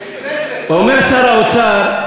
אומר שר האוצר: